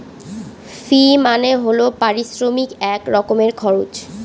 ফি মানে হল পারিশ্রমিক এক রকমের খরচ